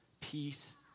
peace